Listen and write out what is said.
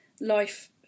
Life